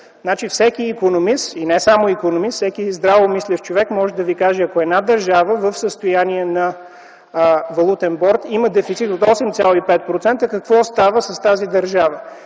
8,5%. Всеки икономист, и не само икономист, всеки здравомислещ човек може да Ви каже, ако една държава в състояние на валутен борд и има дефицит от 8,5% какво става с тази държава.